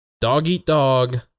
dog-eat-dog